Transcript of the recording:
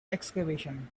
excavation